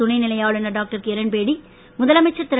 துணை நிலை ஆளுநர் டாக்டர் கிரண்பேடி முதலமைச்சர் திரு